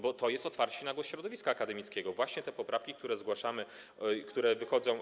Bo to jest otwarcie się na głos środowiska akademickiego, właśnie te poprawki, które zgłaszamy, które wychodzą.